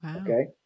Okay